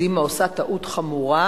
קדימה עושה טעות חמורה,